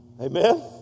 Amen